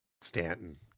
Stanton